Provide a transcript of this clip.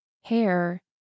hair